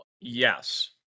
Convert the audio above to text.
Yes